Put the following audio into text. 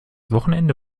wochenende